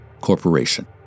Corporation